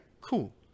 cool